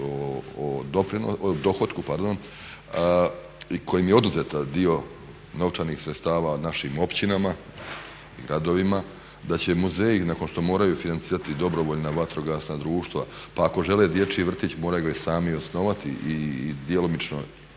o dohotku, pardon kojim je oduzeta dio novčanih sredstava našim općinama i gradovima, da će muzeji nakon što moraju financirati dobrovoljna vatrogasna društva, pa ako žele dječji vrtić moraju ga i sami osnovati i djelomično